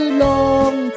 long